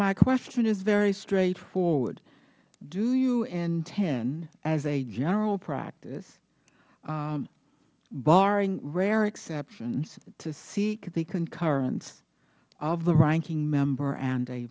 my question is very straightforward do you intend as a general practice barring rare exceptions to seek the concurrence of the ranking member and